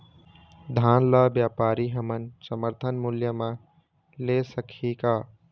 धान ला व्यापारी हमन समर्थन मूल्य म ले सकही का?